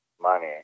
money